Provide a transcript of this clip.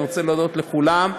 ואני רוצה להודות לכולם.